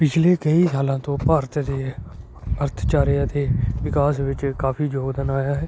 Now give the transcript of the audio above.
ਪਿਛਲੇ ਕਈ ਸਾਲਾਂ ਤੋਂ ਭਾਰਤ ਦੇ ਅਰਥਚਾਰੇ ਅਤੇ ਵਿਕਾਸ ਵਿੱਚ ਕਾਫੀ ਯੋਗਦਾਨ ਆਇਆ ਹੈ